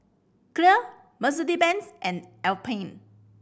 Clear Mercedes Benz and Alpen